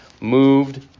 moved